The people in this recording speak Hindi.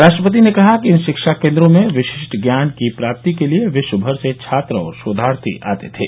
राष्ट्रपति ने कहा कि इन शिक्षा केन्द्रों में विशिष्ट ज्ञान की प्राप्ति के लिए विश्वभर से छात्र और शोधार्थी आते थे